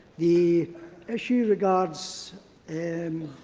the issue regards and